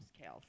kale